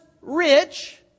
rich